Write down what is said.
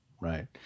right